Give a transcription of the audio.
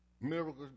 Miracles